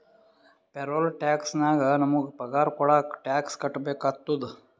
payroll tax ನಾಗ್ ನಮುಗ ಪಗಾರ ಕೊಡಾಗ್ ಟ್ಯಾಕ್ಸ್ ಕಟ್ಬೇಕ ಆತ್ತುದ